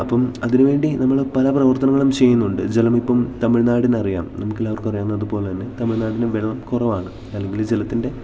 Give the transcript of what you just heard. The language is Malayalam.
അപ്പോള് അതിനുവേണ്ടി നമ്മള് പല പ്രവർത്തനങ്ങളും ചെയ്യുന്നുണ്ട് ജലമിപ്പോള് തമിഴ്നാടിനറിയാം നമുക്കെല്ലാവർക്കുമറിയാവുന്നതുപോലെതന്നെ തമിഴ്നാടിനും വെള്ളം കുറവാണ് അല്ലെങ്കില് ജലത്തിൻ്റെ